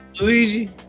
Luigi